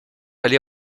aller